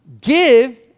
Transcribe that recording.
Give